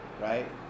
right